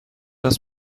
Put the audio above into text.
است